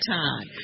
time